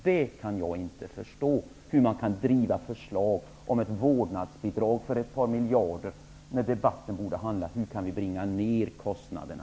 Jag kan inte förstå hur man kan driva förslag som gäller vårdnadsbidrag för ett par miljarder. Debatten borde ju i stället handla om hur vi kan bringa ner kostnaderna.